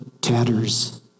tatters